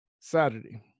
Saturday